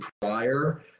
prior